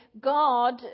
God